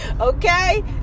Okay